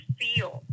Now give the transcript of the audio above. feel